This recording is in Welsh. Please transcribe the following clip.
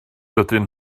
dydyn